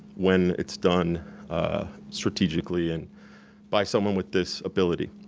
when it's done strategically and by someone with this ability.